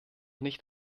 nicht